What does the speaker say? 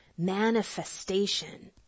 manifestation